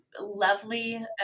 lovely